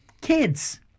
kids